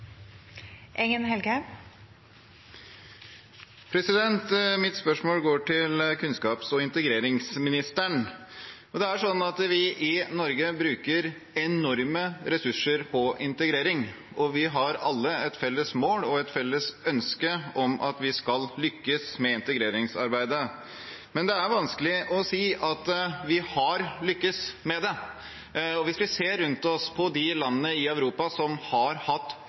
Mitt spørsmål går til kunnskaps- og integreringsministeren. Vi i Norge bruker enorme ressurser på integrering, og vi har alle et felles mål og et felles ønske om at vi skal lykkes med integreringsarbeidet. Men det er vanskelig å si at vi har lyktes med det. Hvis vi ser rundt oss på de landene i Europa som har hatt